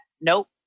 Nope